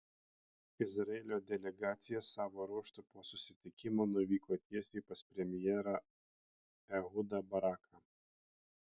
izraelio delegacija savo ruožtu po susitikimo nuvyko tiesiai pas premjerą ehudą baraką